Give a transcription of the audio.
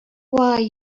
why